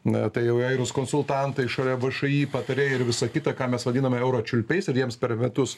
na tai įvairūs konsultantai šalia všį patarėjai ir visa kita ką mes vadiname euročiulpiais ir jiems per metus